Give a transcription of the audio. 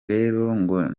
rero